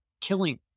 killing